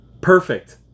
Perfect